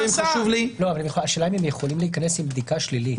השאלה אם הם יכולים להיכנס עם בדיקה שלילית.